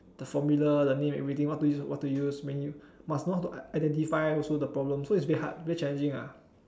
the formula the name and everything what to use what to use when you must know how to identify also the problem so it's a bit hard a bit challenging ah